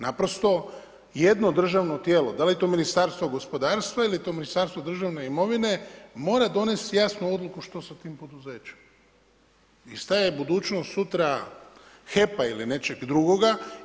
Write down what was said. Naprosto jedno državno tijelo, da li je to Ministarstvo gospodarstva ili je to Ministarstvo državne imovine mora donesti jasnu odluku što sa tim poduzećem i šta je budućnost sutra HEP-a ili nečeg drugoga.